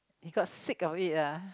he got sick of it ah